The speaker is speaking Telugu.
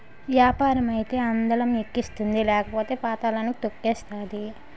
యాపారం అయితే అందలం ఎక్కిస్తుంది లేకపోతే పాతళానికి తొక్కేతాది